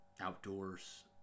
Outdoors